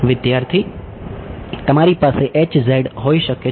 વિદ્યાર્થી તમારી પાસે હોઈ શકે છે